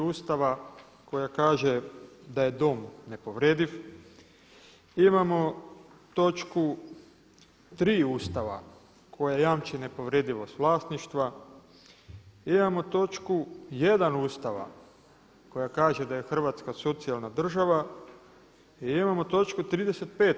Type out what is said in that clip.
Ustava koja kaže da je dom nepovrediv, imamo točku 3. Ustava koja jamči nepovredivost vlasništva, imamo točku 1. Ustava koja kaže da je Hrvatska socijalna država i imamo točku 35.